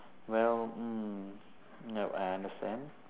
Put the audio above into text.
well mm yup I understand